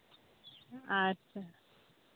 ᱟᱪᱪᱷᱟ